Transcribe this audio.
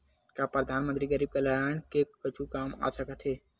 का परधानमंतरी गरीब कल्याण के कुछु काम आ सकत हे